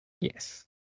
Yes